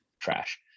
Trash